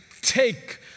take